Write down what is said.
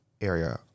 area